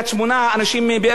אנשים מחיפה,